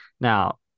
Now